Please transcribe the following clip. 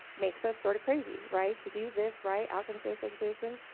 makes us sort of crazy, right, to do this right, outcomes based education.